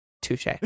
Touche